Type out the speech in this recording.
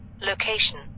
Location